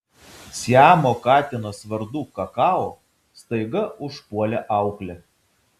siamo katinas vardu kakao staiga užpuolė auklę